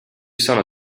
sono